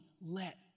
let